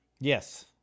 Yes